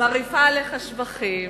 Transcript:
מרעיפה עליך שבחים,